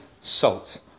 salt